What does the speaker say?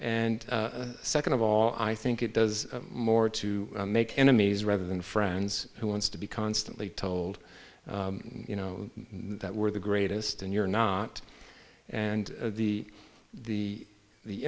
and second of all i think it does more to make enemies rather than friends who wants to be constantly told you know that we're the greatest and you're not and the the the